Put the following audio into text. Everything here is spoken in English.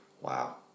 Wow